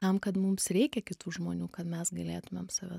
tam kad mums reikia kitų žmonių kad mes galėtumėm save